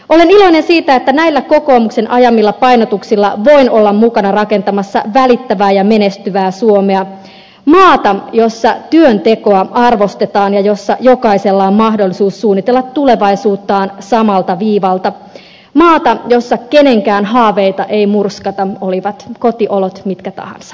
olen iloinen siitä että näillä kokoomuksen ajamilla painotuksilla voin olla mukana rakentamassa välittävää ja menestyvää suomea maata jossa työntekoa arvostetaan ja jossa jokaisella on mahdollisuus suunnitella tulevaisuuttaan samalta viivalta maata jossa kenenkään haaveita ei murskata olivat kotiolot mitkä tahansa